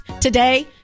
Today